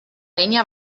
línia